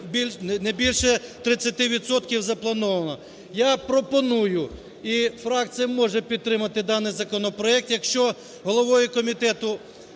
не більше 30 відсотків запланованого. Я пропоную… І фракція може підтримати даний законопроект, якщо головою комітету